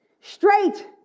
Straight